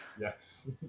Yes